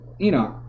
Enoch